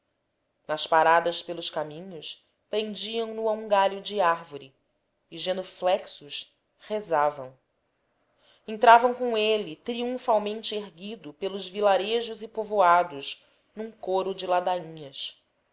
nas paradas pelos caminhos prendiam no a um galho de árvore e genuflexos rezavam entravam com ele triunfalmente erguido pelos vilarejos e povoados num coro de ladainhas